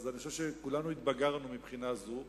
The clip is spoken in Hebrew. אז אני חושב שכולנו התבגרנו מבחינה זו,